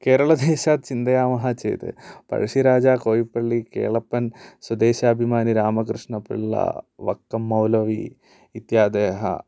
केरला देशात् चिन्तयामः चेत् परिशिराजा होळ्पळ्ळि केरलप्पन् स्वदेशाभिमानिरामकृष्णपिळ्ळा वक्कं मौलवी इत्यादयः